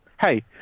hey